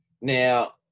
Now